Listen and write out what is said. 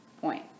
point